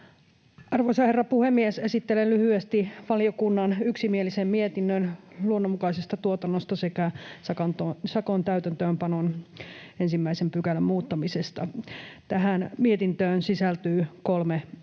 Arvoisa herra puhemies! Esittelen lyhyesti valiokunnan yksimielisen mietinnön luonnonmukaisesta tuotannosta sekä sakon täytäntöönpanolain 1 §:n muuttamisesta. Tähän mietintöön sisältyy kolme lausumaa.